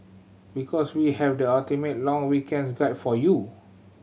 because we have the ultimate long weekends guide for you